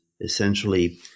essentially